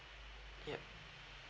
ya